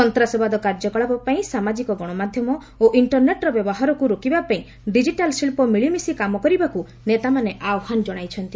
ସନ୍ତାସବାଦ କାର୍ଯ୍ୟକଳାପ ପାଇଁ ସାମାଜିକ ଗଣମାଧ୍ୟମ ଓ ଇଷ୍ଟରନେଟ୍ର ବ୍ୟବହାରକୁ ରୋକିବା ପାଇଁ ଡିଜିଟାଲ୍ ଶିଳ୍ପ ମିଳିମିଶି କାମ କରିବାକୁ ନେତାମାନେ ଆହ୍ନାନ ଜଣାଇଛନ୍ତି